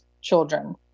children